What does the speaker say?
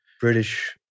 British